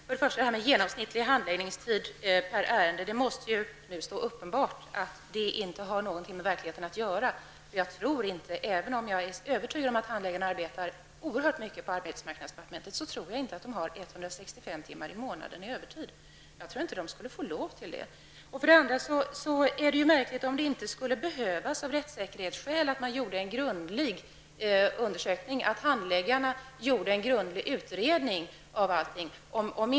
Herr talman! För det första måste det nu vara uppenbart att en genomsnittlig handläggningstid per ärende inte har något med verkligheten att göra. Även om jag är övertygad om att handläggarna på arbetsmarknadsdepartementet arbetar oerhört mycket, tror jag inte att de har 165 timmar i månaden i övertid. Jag tror inte att de skulle få lov till det. För det andra är det märkligt om det inte skulle behövas för att upprätthålla rättssäkerheten att handläggarna gör en grundlig utredning av allt.